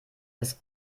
das